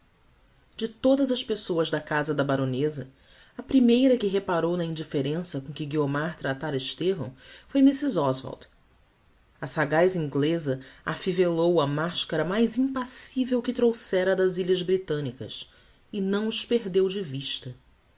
de todas as pessoas de casa da baroneza a primeira que reparou na indifferença com que guiomar tratára estevão foi mrs oswald a sagaz ingleza afivellou a mascara mais impassivel que trouxera das ilhas britannicas e não os perdeu de vista